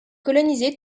colonisé